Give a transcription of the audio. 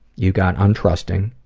you got untrusting,